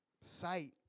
sight